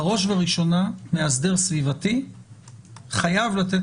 בראש ובראשונה מאסדר סביבתי חייב לתת